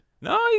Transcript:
No